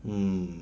mm